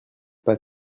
pas